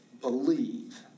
believe